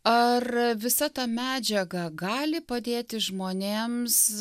ar visa ta medžiaga gali padėti žmonėms